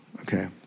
Okay